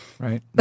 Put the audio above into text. Right